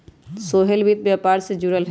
सोहेल वित्त व्यापार से जुरल हए